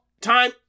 time